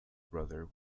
brother